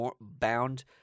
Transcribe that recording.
bound